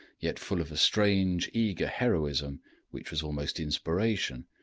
yet full of a strange, eager heroism which was almost inspiration,